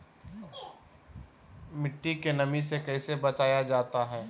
मट्टी के नमी से कैसे बचाया जाता हैं?